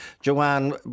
Joanne